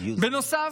בנוסף,